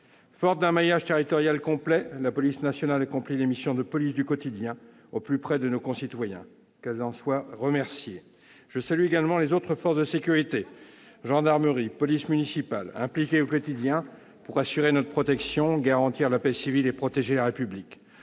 Forte d'un maillage territorial complet, la police nationale accomplit les missions de police du quotidien au plus près de nos concitoyens. Qu'elle en soit remerciée. Je salue également les autres forces de sécurité, gendarmerie et polices municipales, impliquées au quotidien pour assurer notre protection, garantir la paix civile et protéger la République.